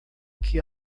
que